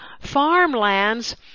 farmlands